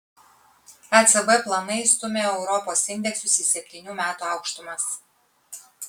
ecb planai stumia europos indeksus į septynių metų aukštumas